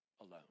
alone